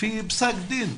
לפי פסק דין,